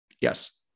Yes